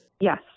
Yes